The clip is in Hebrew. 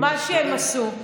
מה שהם עשו,